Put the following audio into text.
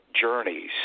journeys